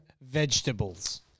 vegetables